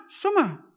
summer